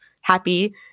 happy